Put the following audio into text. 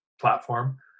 platform